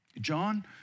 John